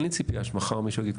אין לי ציפייה שמחר מישהו יגיד,